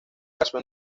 casó